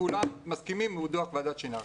כולם מסכימים עם דוח ועדת שנהר.